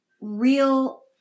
real